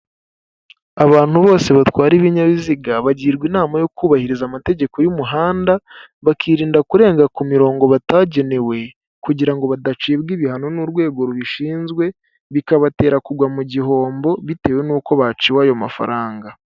abantu bose batwara ibinyabiziga bagirwa inama yo kubahiriza amategeko y'umuhanda bakirinda kurenga ku mirongo batagenewe kugira ngo badacibwa ibihano n'urwego rubishinzwe bikabatera kugwa mu gihombo bitewe n'uko baciwe ayo mafaranga.